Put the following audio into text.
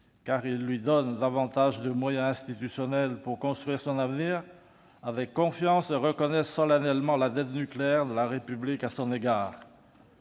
car ils lui donnent davantage de moyens institutionnels pour construire son avenir avec confiance et reconnaissent solennellement la « dette nucléaire » de la République à son égard.